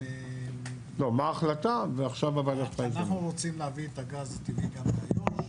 אנחנו רוצים להביא את הגז הטבעי גם לאיו"ש.